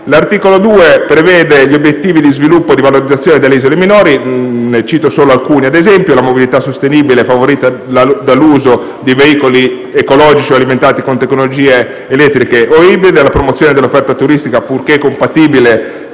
L'articolo 2 prevede gli obiettivi di sviluppo e di valorizzazione delle isole minori, tra cui ad esempio la mobilità sostenibile, favorita dall'uso di veicoli ecologici o alimentati con tecnologie elettriche o ibride; la promozione dell'offerta turistica, purché compatibile